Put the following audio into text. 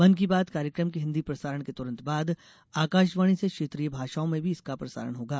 मन की बात कार्यक्रम के हिन्दी प्रसारण के तुरंत बाद आकाावाणी से क्षेत्रीय भाषाओं में भी इसका प्रसारण होगा